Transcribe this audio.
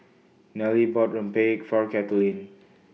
Nelle bought Rempeyek For Kaitlin